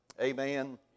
Amen